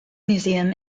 museum